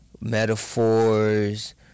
metaphors